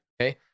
Okay